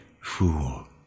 Fool